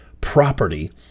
property